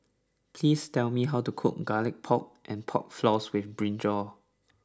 please tell me how to cook Garlic Pork and Pork Floss with Brinjal